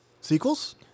sequels